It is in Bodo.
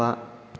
बा